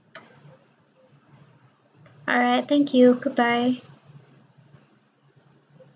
alright thank you goodbye